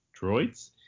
droids